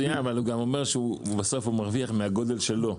מצוין, אבל הוא אומר שבסוף הוא מרוויח מהגודל שלו,